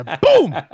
Boom